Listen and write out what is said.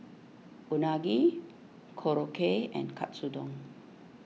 Unagi Korokke and Katsu Don